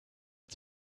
hat